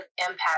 impact